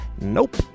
Nope